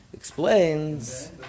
Explains